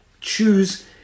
choose